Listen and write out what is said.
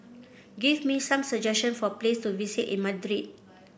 give me some suggestion for places to visit in Madrid